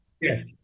Yes